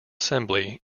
assembly